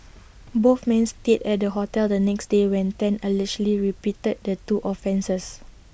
both men stayed at the hotel the next day when Tan allegedly repeated the two offences